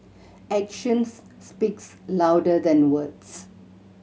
action speaks louder than words